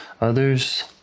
others